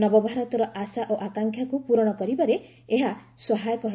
ନବଭାରତର ଆଶା ଓ ଆକାଂକ୍ଷାକୁ ପ୍ରରଣ କରିବାରେ ଏହା ସହାୟକ ହେବ